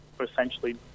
essentially